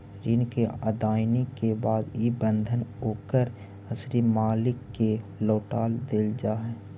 ऋण के अदायगी के बाद इ बंधन ओकर असली मालिक के लौटा देल जा हई